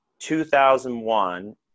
2001